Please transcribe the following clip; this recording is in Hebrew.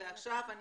ועכשיו אני